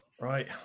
right